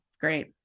great